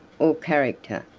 or character,